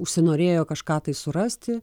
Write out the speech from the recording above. užsinorėjo kažką tai surasti